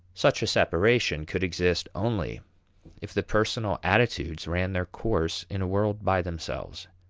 such a separation could exist only if the personal attitudes ran their course in a world by themselves.